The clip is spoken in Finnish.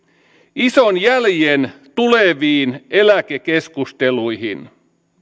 ison jäljen tuleviin eläkekeskusteluihin